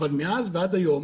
אבל מאז ועד היום